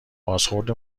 بازخورد